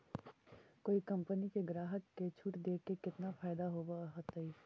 कोई कंपनी के ग्राहक के छूट देके केतना फयदा होब होतई?